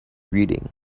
reading